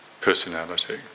personality